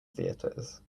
theatres